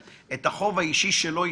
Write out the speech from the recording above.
כולל כל הישיבות שהוזכרו קודם,